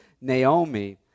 Naomi